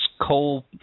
coal